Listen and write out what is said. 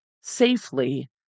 safely